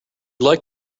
like